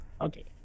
Okay